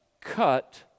cut